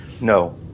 No